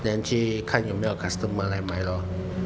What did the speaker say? then 去看有没有 customer 来买咯